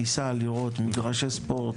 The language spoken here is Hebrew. תיסע לראות מגרשי ספורט,